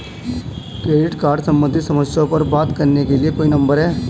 Credit card सम्बंधित समस्याओं पर बात करने के लिए कोई नंबर है?